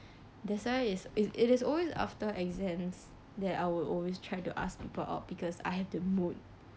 that's why is it is always after exams that I will always try to ask people out because I have the mood